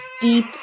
deep